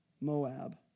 Moab